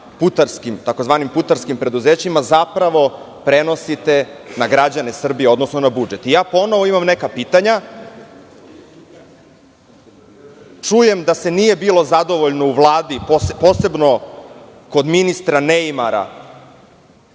prema tzv. putarskim preduzećima, prenosite na građane Srbije, odnosno na budžet. Ponovo imam neka pitanja. Čujem da se nije bilo zadovoljno u Vladi, posebno kod ministra neimara,